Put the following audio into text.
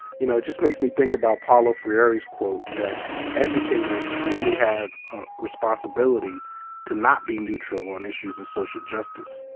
you know it just makes me think about apollo fieri's quote that educators really have the ah responsibility to not be neutral on issues of social justice.